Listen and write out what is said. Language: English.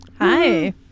Hi